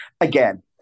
again